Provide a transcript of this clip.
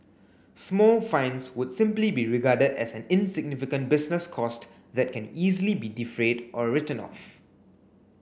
small fines would simply be regarded as an insignificant business cost that can easily be defrayed or written off